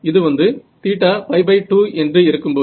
இது வந்து θ π2 என்று இருக்கும்போது